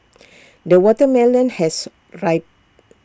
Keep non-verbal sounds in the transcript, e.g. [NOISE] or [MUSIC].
[NOISE] the watermelon has Rai